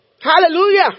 Hallelujah